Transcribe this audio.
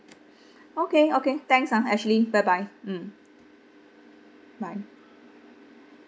okay okay thanks ah ashley bye bye mm bye